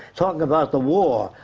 talk about the war.